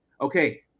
Okay